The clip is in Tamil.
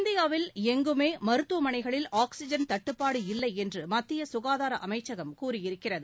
இந்தியாவில் எங்குமே மருத்துவமனைகளில் ஆக்ஸிஜன் தட்டுப்பாடு இல்லையென்று மத்திய சுகாதார அமைச்சகம் கூறியிருக்கிறது